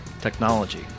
technology